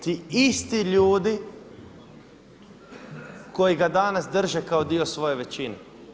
Ti isti ljudi koji ga danas drže kao dio svoje većine.